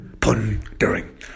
pondering